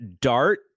dart